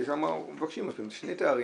ששם מבקשים שני תארים,